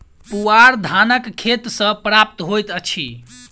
पुआर धानक खेत सॅ प्राप्त होइत अछि